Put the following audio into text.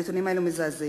הנתונים האלה מזעזעים.